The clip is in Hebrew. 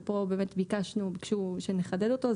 ופה באמת ביקשו שנחדד אותו,